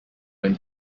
when